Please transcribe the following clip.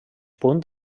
punt